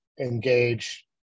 engage